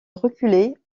reculer